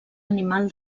animal